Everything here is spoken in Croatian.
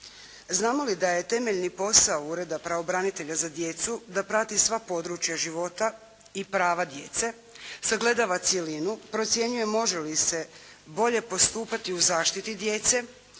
Znamo li da je temeljni posao Ureda pravobranitelja za djecu da prati sva područja života i prava djece sagledava cjelinu, procjenjuje može li se bolje postupati o zaštiti djece,